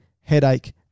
headache